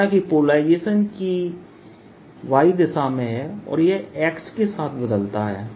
माना कि पोलराइजेशन की Y दिशा में है और यह X के साथ बदलता है